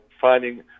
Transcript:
finding